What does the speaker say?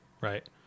Right